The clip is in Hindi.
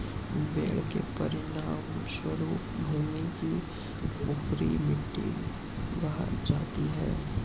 बाढ़ के परिणामस्वरूप भूमि की ऊपरी मिट्टी बह जाती है